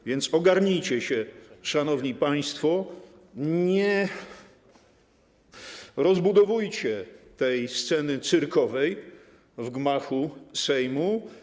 A więc ogarnijcie się, szanowni państwo, nie rozbudowujcie tej sceny cyrkowej w gmachu Sejmu.